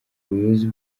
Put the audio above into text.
ubuyobozi